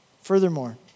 Furthermore